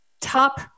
top